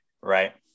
Right